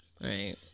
right